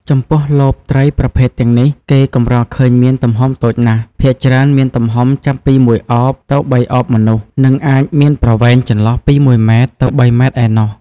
ចំពោះលបត្រីប្រភេទទាំងនេះ គេកម្រឃើញមានទំហំតូចណាស់ ភាគច្រើនមានទំហំចាប់ពីមួយឱប ទៅបីឱបមនុស្ស និងអាចមានប្រវែងចន្លោះពី១ម៉ែត្រ ទៅ៣ម៉ែត្រឯណោះ។